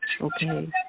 okay